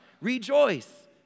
rejoice